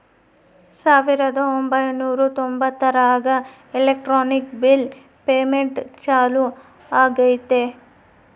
ಸಾವಿರದ ಒಂಬೈನೂರ ತೊಂಬತ್ತರಾಗ ಎಲೆಕ್ಟ್ರಾನಿಕ್ ಬಿಲ್ ಪೇಮೆಂಟ್ ಚಾಲೂ ಆಗೈತೆ